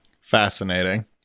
Fascinating